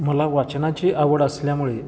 मला वाचनाची आवड असल्यामुळे